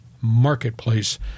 marketplace